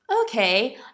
okay